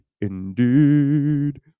Indeed